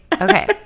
Okay